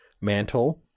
mantle